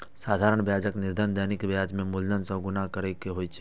साधारण ब्याजक निर्धारण दैनिक ब्याज कें मूलधन सं गुणा कैर के होइ छै